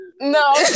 No